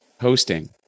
hosting